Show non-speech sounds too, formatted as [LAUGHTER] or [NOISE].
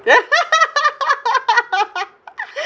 [LAUGHS]